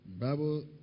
Bible